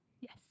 yes